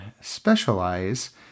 specialize